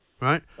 right